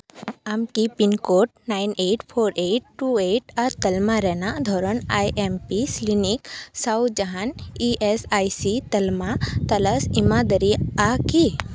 ᱟᱢᱠᱤ pin code nine eight four eight two eight ᱟᱨ ᱛᱟᱞᱢᱟ ᱨᱮᱱᱟᱜ ᱫᱷᱚᱨᱚᱱ ᱟᱭ ᱮᱢ ᱯᱤ ᱥᱞᱤᱱᱤᱠ ᱥᱟᱶ ᱡᱟᱦᱟᱱ ᱤ ᱮᱹᱥ ᱟᱭ ᱥᱤ ᱛᱟᱞᱢᱟ ᱛᱚᱞᱟᱥ ᱮᱢᱟ ᱫᱟᱲᱮᱭᱟᱜᱼᱟ ᱠᱤ